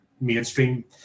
mainstream